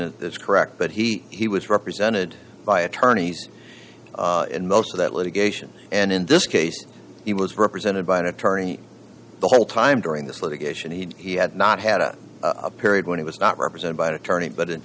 that's correct but he he was represented by attorneys in most of that litigation and in this case he was represented by an attorney the whole time during this litigation he had not had a period when he was not represented by an attorney but in